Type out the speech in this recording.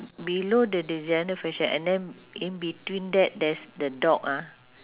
below the designer fashion and then in between that there's the dog ah